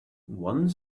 one